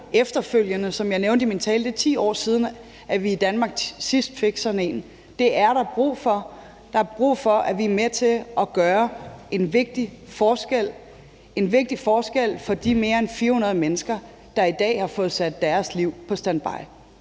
Som jeg nævnte i min tale, er det 10 år siden, at vi i Danmark sidst fik sådan en. Det er der brug for. Der er brug for, at vi er med til at gøre en vigtig forskel – en vigtig forskel for de mere end 400 mennesker, der i dag har fået sat deres liv på standby.